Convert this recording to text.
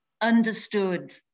understood